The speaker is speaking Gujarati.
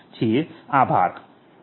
આભાર